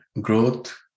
growth